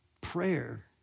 prayer